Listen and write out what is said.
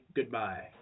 Goodbye